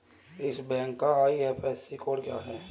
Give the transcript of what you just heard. इस बैंक का IFSC code क्या है?